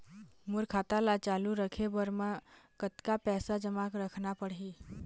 मोर खाता ला चालू रखे बर म कतका पैसा जमा रखना पड़ही?